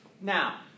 Now